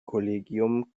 kollegium